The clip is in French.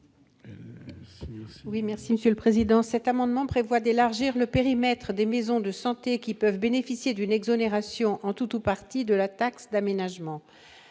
à Mme Jacky Deromedi. Cet amendement prévoit d'élargir le périmètre des maisons de santé qui peuvent bénéficier d'une exonération, en tout ou partie, de la taxe d'aménagement.